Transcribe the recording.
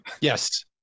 Yes